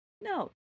No